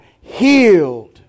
healed